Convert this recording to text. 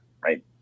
right